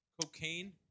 cocaine